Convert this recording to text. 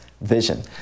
vision